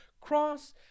cross